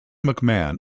mcmahon